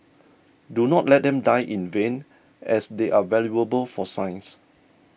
do not let them die in vain as they are valuable for science